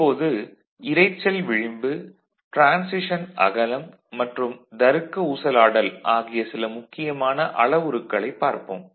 இப்போது இரைச்சல் விளிம்பு டிரான்சிஷன் அகலம் மற்றும் தருக்க ஊசலாடல் ஆகிய சில முக்கியமான அளவுருக்களைப் பார்ப்போம்